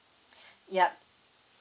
yup